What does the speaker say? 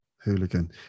hooligan